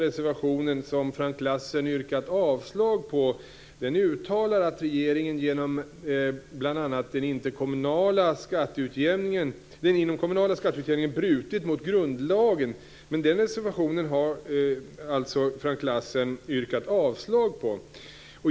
Frank Lassen yrkat avslag på, uttalar att regeringen genom bl.a. den inomkommunala skatteutjämningen förbrutit sig mot grundlagen. Men den reservationen har som sagt Frank Lassen yrkat avslag på.